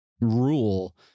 rule